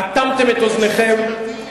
אטמתם את אוזניכם,